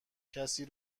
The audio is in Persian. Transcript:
کسی